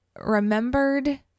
remembered